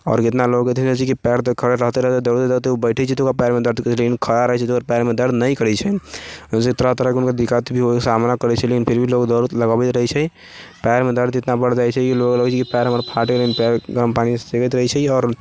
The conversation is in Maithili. आओर कितना लोग रहे छै कि पयरके दर्द रहते रहते दौड़ते दौड़ते उ बैठे छै तऽ ओकरा पयरमे दर्द होइ छै लेकिन खड़ा रहै छै तऽ पयरमे दर्द नहि करै छै ओहिसँ तरह तरहके मगर दिक्कतके भी सामना करै छै लेकिन फिर भी लोग दौड़ लगाबैत रहै छै पयरमे दर्द इतना बढ़ि जाइ छै कि लोकके लगै छै कि पैर हमर फाटि गेल लेकिन पयरके गरम पानिसँ सेकैत रहै छै आओर